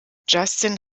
justin